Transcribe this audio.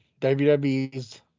WWE's